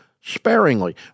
sparingly